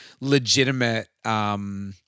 legitimate –